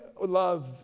Love